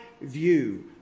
view